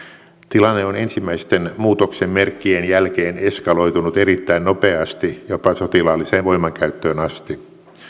tilanne on ensimmäisten muutoksen merkkien jälkeen eskaloitunut erittäin nopeasti jopa sotilaalliseen voimankäyttöön asti